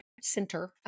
center